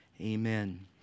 Amen